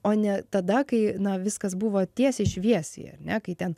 o ne tada kai na viskas buvo tiesiai šviesiai ar ne kai ten